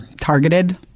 targeted